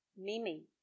Mimi